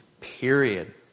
Period